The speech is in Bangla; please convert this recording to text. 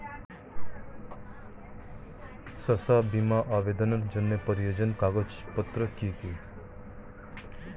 শস্য বীমা আবেদনের জন্য প্রয়োজনীয় কাগজপত্র কি কি?